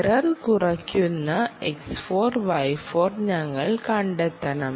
error കുറയ്ക്കുന്ന X4 Y4 ഞങ്ങൾ കണ്ടെത്തണം